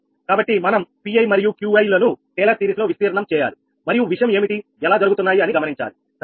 కాబట్టి మనం 𝑃i మరియు 𝑄i లను టేలర్ సిరీస్ లో విస్తీర్ణం చేయాలి మరియు విషయం ఏమిటి ఎలా జరుగుతున్నాయి అని గమనించాలి సరేనా